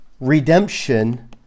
redemption